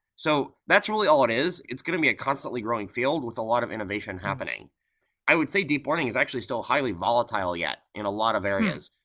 so that's really all it is. it's going to be a constantly growing field with a lot of innovation happening i would say deep learning is actually still highly volatile yet, in a lot of areas.